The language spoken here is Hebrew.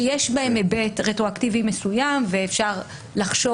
שיש בהם היבט רטרואקטיבי מסוים ואפשר לחשוב